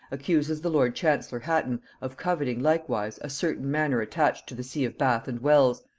accuses the lord-chancellor hatton of coveting likewise a certain manor attached to the see of bath and wells,